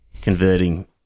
converting